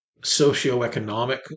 socioeconomic